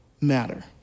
matter